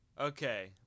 Okay